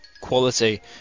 quality